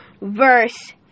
verse